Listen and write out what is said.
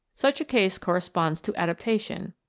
such a case corresponds to adaptation,